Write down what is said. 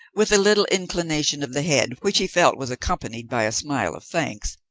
with a little inclination of the head which he felt was accompanied by a smile of thanks,